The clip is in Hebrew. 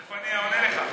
תכף אני עונה לך.